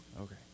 okay